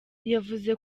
yavuze